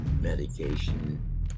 medication